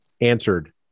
answered